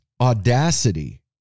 audacity